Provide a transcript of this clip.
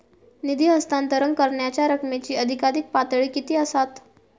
निधी हस्तांतरण करण्यांच्या रकमेची अधिकाधिक पातळी किती असात?